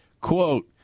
quote